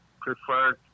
preferred